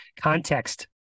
Context